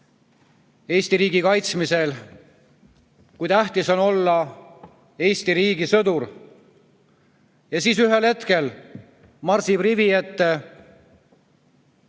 Eesti riigi kaitsmisel, kui tähtis on olla Eesti riigi sõdur. Ja siis ühel hetkel marsib rivi ette